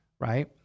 Right